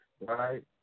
right